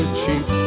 cheap